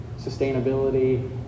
Sustainability